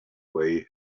way